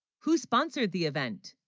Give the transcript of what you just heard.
who sponsored the event